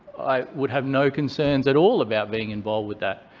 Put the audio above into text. i would have no concerns at all about being involved with that.